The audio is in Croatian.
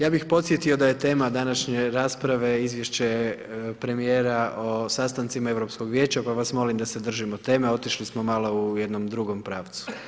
Ja bi podsjetio da je tema današnje rasprave Izvješće premjera o sastancima Europskog vijeća, pa vas molim da se držimo teme, otišli smo malo u jednom drugome pravcu.